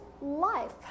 life